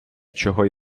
чого